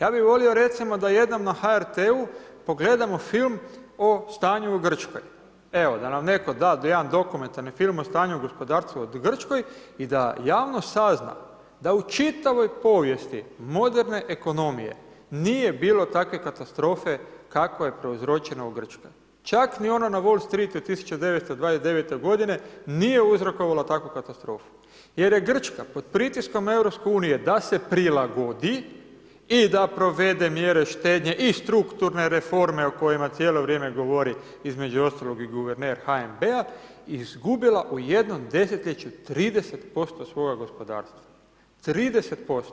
Ja bih volio da jednom na HRT-u pogledamo film o stanju u Grčkoj, da nam netko da jedan dokumentarni film o stanju o gospodarstvu u Grčkoj i da javnost sazna da u čitavoj povijesti moderne ekonomije nije bilo takve katastrofe kakva je prouzročena u Grčkoj, čak ni ona na Wall Street-u 1929. godine nije uzrokovalo takvu katastrofu jer je Grčka pod pritiskom EU da se prilagodi i da provede mjere štednje i strukturne reforme o kojima cijelo vrijeme govori, između ostalog i guverner HNB-a, izgubila u jednom desetljeću 30% svoga gospodarstva, 30%